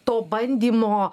to bandymo